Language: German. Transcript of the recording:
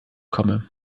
komme